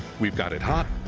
we've got it hot.